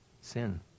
Sin